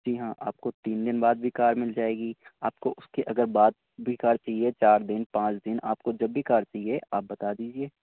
جی ہاں آپ کو تین دِن بعد بھی کار مِل جائے گی آپ کو اُس کے اگر بعد بھی کار چاہیے چار دِن پانچ دِن آپ کو جب بھی کار چاہیے آپ بتا دیجیے